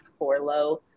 Forlow